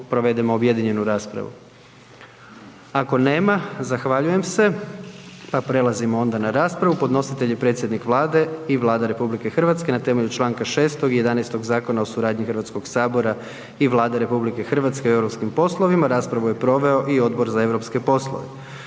Ako nema zahvaljujem se pa prelazimo onda na raspravu. Podnositelj je predsjednik Vlade i Vlada RH na temelju Članka 6. i 11. o suradnji Hrvatskog sabora i Vlade RH o europskim poslovima. Raspravu je proveo i Odbor za europske poslove.